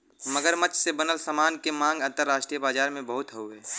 मगरमच्छ से बनल सामान के मांग अंतरराष्ट्रीय बाजार में बहुते हउवे